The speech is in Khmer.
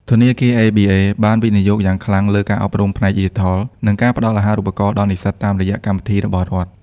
ធនាគារ ABA បានវិនិយោគយ៉ាងខ្លាំងលើការអប់រំផ្នែកឌីជីថល និងការផ្ដល់អាហារូបករណ៍ដល់និស្សិតតាមរយៈកម្មវិធីរបស់រដ្ឋ។